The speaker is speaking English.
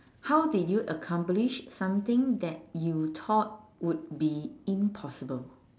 how did you accomplish something that you thought would be impossible